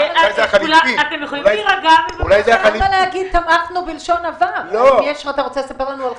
כשאתה מזין תחנת כוח אתה צריך שגם יהיה לה